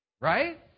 Right